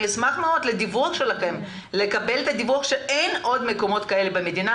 אשמח מאוד לקבל דיווח מכם שאין עוד מקומות כאלה במדינה,